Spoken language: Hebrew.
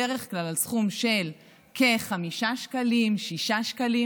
בדרך כלל על סכום של כחמישה או שישה שקלים.